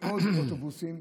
ועוד אוטובוסים.